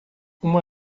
uma